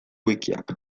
wikiak